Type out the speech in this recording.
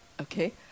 Okay